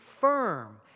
firm